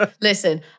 listen